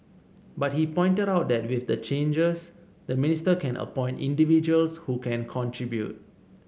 but he pointed out that with the changes the minister can appoint individuals who can contribute